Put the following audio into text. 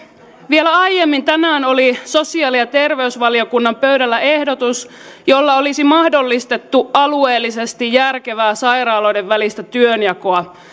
vielä aiemmin tänään oli sosiaali ja terveysvaliokunnan pöydällä ehdotus jolla olisi mahdollistettu alueellisesti järkevää sairaaloiden välistä työnjakoa